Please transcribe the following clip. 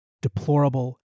deplorable